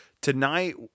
tonight